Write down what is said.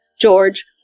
George